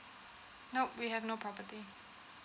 nope we have no property